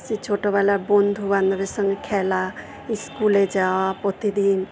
সেই ছোটোবেলার বন্ধুবান্ধবের সঙ্গে খেলা স্কুলে যাওয়া প্রতিদিন